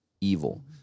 evil